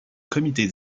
comité